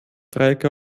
dreiecke